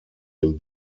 den